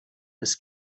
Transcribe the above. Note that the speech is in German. ist